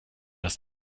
dass